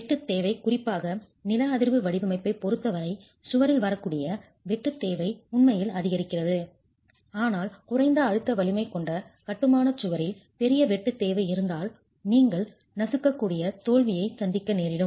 வெட்டு தேவை குறிப்பாக நில அதிர்வு வடிவமைப்பைப் பொறுத்த வரை சுவரில் வரக்கூடிய வெட்டு தேவை உண்மையில் அதிகரிக்கிறது ஆனால் குறைந்த அழுத்த வலிமை கொண்ட கட்டுமான சுவரில் பெரிய வெட்டு தேவை இருந்தால் நீங்கள் நசுக்கக்கூடிய தோல்வியை சந்திக்க நேரிடும்